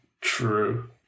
true